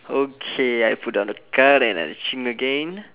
okay I put down a card and I change again